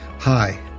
Hi